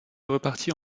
repartir